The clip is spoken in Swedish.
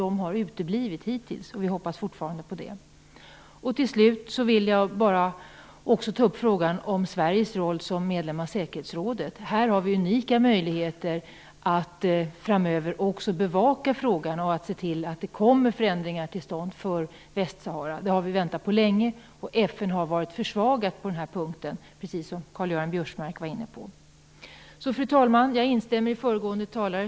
De har uteblivit hittills, men vi hoppas fortfarande på det. Till slut vill jag också ta upp Sveriges roll som medlem av säkerhetsrådet. Där har vi unika möjligheter att bevaka denna fråga framöver och se till att förändringar kommer till stånd i Västsahara. Det har vi väntat på länge. FN har varit för svagt på den här punkten, precis som Karl-Göran Biörsmark var inne på. Fru talman! Jag instämmer med föregående talare.